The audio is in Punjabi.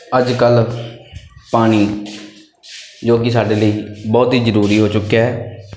ਅੱਜ ਕੱਲ੍ਹ ਪਾਣੀ ਜੋ ਕਿ ਸਾਡੇ ਲਈ ਬਹੁਤ ਹੀ ਜ਼ਰੂਰੀ ਹੋ ਚੁੱਕਿਆ ਹੈ